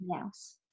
else